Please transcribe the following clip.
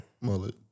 Mullet